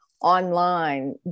online